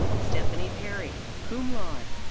stephanie pearre, cum laude.